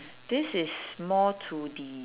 this is more to the